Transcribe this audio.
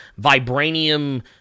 vibranium